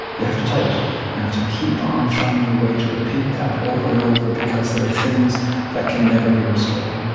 you have to tell it and to keep on finding a way to repeat that, over and over, because there are things that can never be restored.